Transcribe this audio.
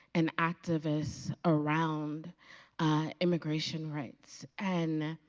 an activist around immigration rights, and